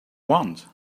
want